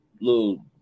little